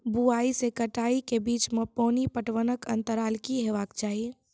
बुआई से कटाई के बीच मे पानि पटबनक अन्तराल की हेबाक चाही?